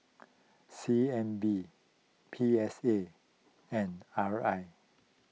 C N B P S A and R I